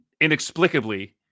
inexplicably